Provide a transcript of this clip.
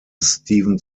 steven